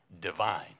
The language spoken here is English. Divine